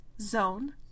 Zone